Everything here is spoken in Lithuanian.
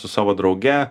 su su savo drauge